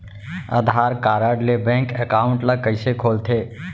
आधार card ले bank account ल कइसे खोलथे?